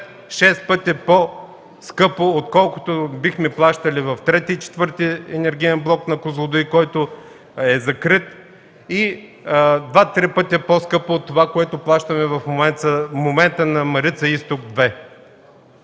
5-6 пъти по-скъпо, отколкото бихме плащали в ІІІ и ІV енергиен блок на „Козлодуй”, който е закрит, и 2-3 пъти по-скъпо от това, което плащаме в момента на „Марица изток 2”.